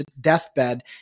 deathbed